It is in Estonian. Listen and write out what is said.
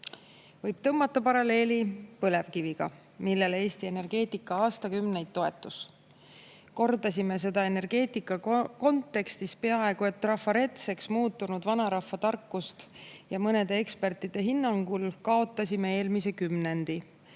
Võib tõmmata paralleeli põlevkiviga, millele Eesti energeetika aastakümneid toetus: kordasime aina seda energeetika kontekstis peaaegu et trafaretseks muutunud vanarahvatarkust. Mõnede ekspertide hinnangul kaotasime eelmise kümnendi,